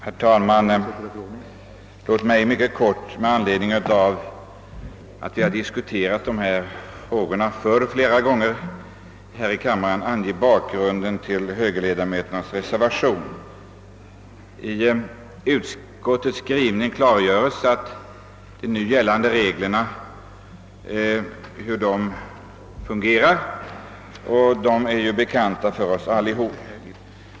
Herr talman! Eftersom vi diskuterat dessa frågor flera gånger förut här i kammaren skall jag endast mycket kort beröra bakgrunden till högerledamöternas reservationer. I utskottets skrivning klargörs hur de nu gällande reglerna som är kända av oss alla fungerar.